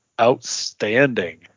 Outstanding